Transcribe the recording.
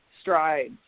strides